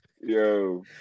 Yo